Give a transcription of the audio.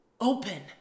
open